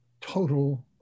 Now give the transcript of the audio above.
total